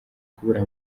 kubura